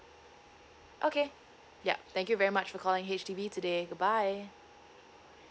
okay yup thank you very much for calling H_D_B today goodbye